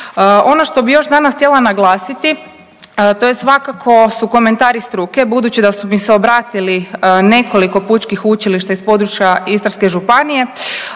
Ono što bih još danas htjela naglasiti to je svakako su komentari struke, budući da su mi se obratili nekoliko pučkih učilišta iz područja Istarske županije